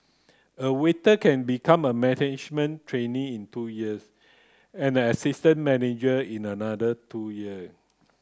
a waiter can become a management trainee in two years and an assistant manager in another two year